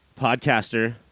podcaster